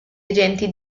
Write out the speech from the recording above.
agenti